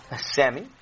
Sammy